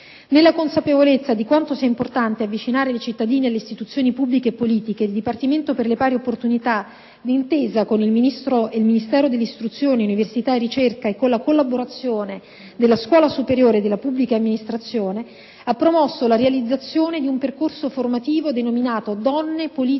Nella consapevolezza di quanto sia importante avvicinare le cittadine alle istituzioni pubbliche e politiche, il Dipartimento per le pari opportunità, d'intesa con il Ministero dell'istruzione, dell'università e della ricerca e con la collaborazione della Scuola superiore della pubblica amministrazione, ha promosso la realizzazione di un percorso formativo denominato «Donne, politica e